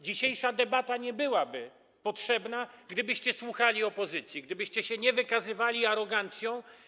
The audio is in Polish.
Dzisiejsza debata nie byłaby potrzebna, gdybyście słuchali opozycji, gdybyście się nie wykazywali arogancją.